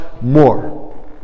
more